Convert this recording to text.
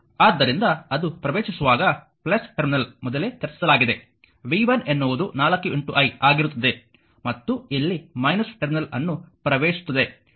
ಆದ್ದರಿಂದ ಅದು ಪ್ರವೇಶಿಸುವಾಗ ಟರ್ಮಿನಲ್ ಮೊದಲೇ ಚರ್ಚಿಸಲಾಗಿದೆ v 1 ಎನ್ನುವುದು 4i ಆಗಿರುತ್ತದೆ ಮತ್ತು ಇಲ್ಲಿ ಟರ್ಮಿನಲ್ ಅನ್ನು ಪ್ರವೇಶಿಸುತ್ತದೆ